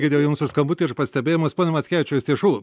egidijau jums už skambutį ir pastebėjimus pone mackevičiau iš tiesų